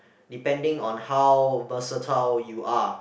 depending on how versatile you are